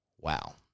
wow